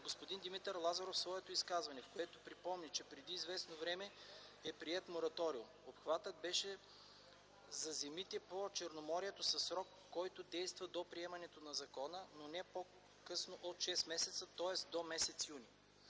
Господин Димитър Лазаров в своето изказване припомни, че преди известно време беше приет мораториум. Обхватът беше за земите по Черноморието със срок, който действа до приемането на закон, но не по-късно от 6 месеца, тоест до м. юни.